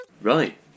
right